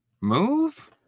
move